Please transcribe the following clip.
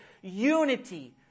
unity